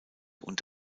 und